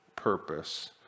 Purpose